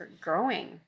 growing